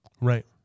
right